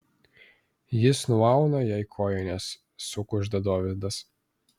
jis nuauna jai kojines sukužda dovydas